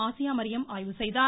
Asia Mariyam ஆய்வு செய்தார்